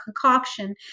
concoction